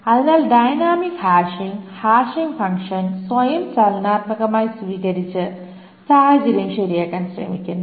അതിനാൽ dynamic hashing hashing function സ്വയം ചലനാത്മകമായി സ്വീകരിച്ച് സാഹചര്യം ശരിയാക്കാൻ ശ്രമിക്കുന്നു